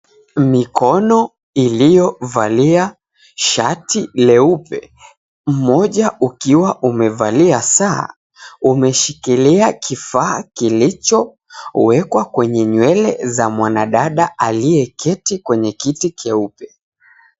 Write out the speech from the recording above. Mikono iliyovalia shati jeupe mmoja ukiwa umevalia saa umeshikilia kifaa kilicho wekwa kwenye nywele za mwanadada aliye keti kwenye kiti cheupe.